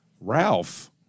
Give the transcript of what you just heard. Ralph